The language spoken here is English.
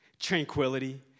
tranquility